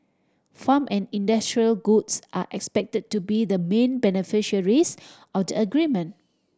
farm and industrial goods are expected to be the main beneficiaries of the agreement